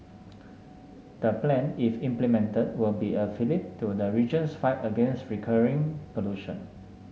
the plan if implemented will be a fillip to the region's fight against recurring pollution